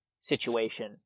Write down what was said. situation